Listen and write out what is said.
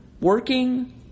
working